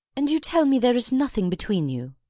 and you tell me there is nothing between you?